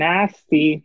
Nasty